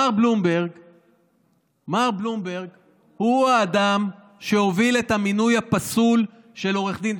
מר בלומברג הוא האדם שהוביל את המינוי הפסול של עו"ד,